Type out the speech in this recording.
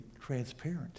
transparent